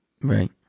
Right